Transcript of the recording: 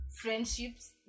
friendships